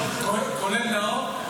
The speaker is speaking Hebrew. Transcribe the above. כולל נאור?